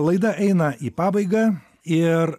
laida eina į pabaigą ir